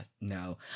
no